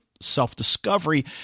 self-discovery